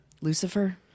lucifer